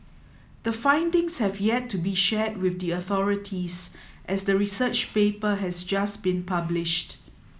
the findings have yet to be shared with the authorities as the research paper has just been published